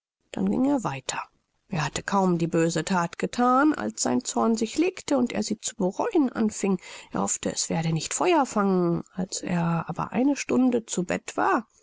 dann ging er weiter er hatte kaum die böse that gethan als sein zorn sich legte und er sie zu bereuen anfing er hoffte es werde nicht feuer fangen als er aber eine stunde zu bette war